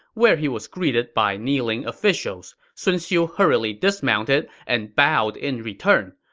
where he was greeted by kneeling officials. sun xiu hurriedly dismounted and bowed in return.